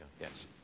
Yes